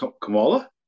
Kamala